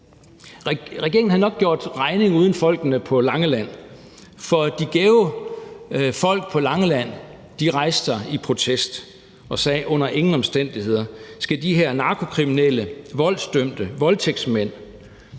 regeringen havde nok gjort regning uden folkene på Langeland, for de gæve folk på Langeland rejste sig i protest og sagde: Under ingen omstændigheder skal vi have de her narkokriminelle, voldsdømte, voldtægtsmænd,